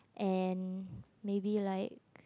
and maybe like